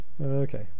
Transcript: Okay